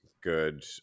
good